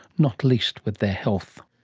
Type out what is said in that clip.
not least with their health.